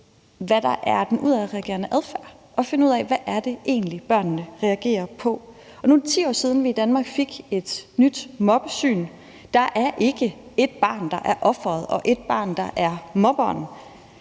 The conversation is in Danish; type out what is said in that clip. bag ved den udadreagerende adfærd og finde ud af, hvad det egentlig er, børnene reagerer på. Nu er det 10 år siden, at vi i Danmark fik et nyt mobbesyn. Der er ikke ét barn, der er offeret, og ét barn, der er mobberen.